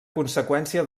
conseqüència